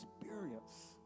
experience